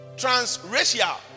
transracial